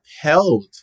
held